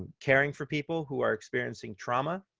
caring for people who are experiencing trauma.